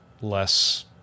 less